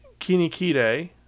Kinikide